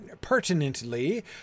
pertinently